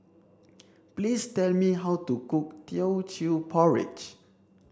please tell me how to cook teochew porridge